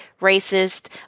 racist